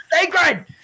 sacred